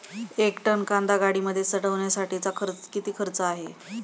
एक टन कांदा गाडीमध्ये चढवण्यासाठीचा किती खर्च आहे?